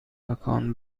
مکان